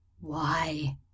Why